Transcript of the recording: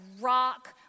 rock